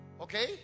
okay